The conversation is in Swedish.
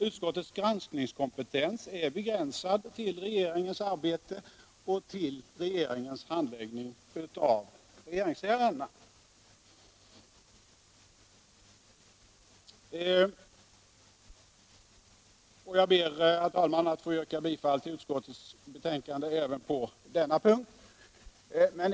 Utskottets granskningskompetens är begränsad till regeringsarbetet och till regeringens handläggning av regeringsärendena. Jag ber, herr talman, att få yrka bifall till utskottets betänkande även på denna punkt.